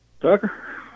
Tucker